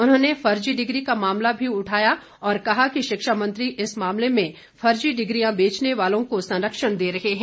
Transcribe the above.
उन्होंने फर्जी डिग्री का मामला भी उठाया और कहा कि शिक्षा मंत्री इस मामले में फर्जी डिग्रियां बेचने वालों को संरक्षण दे रहे हैं